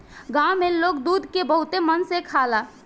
गाँव में लोग दूध के बहुते मन से खाला